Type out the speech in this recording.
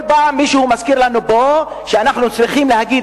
כל פעם מישהו מזכיר לנו פה שאנחנו צריכים להגיד